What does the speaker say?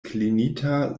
klinita